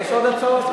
יש עוד הצעות?